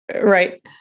right